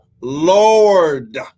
lord